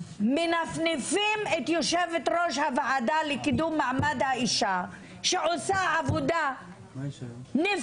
מנפנפים את יושבת ראש הוועדה לקידום מעמד האישה שעושה עבודה נפלאה,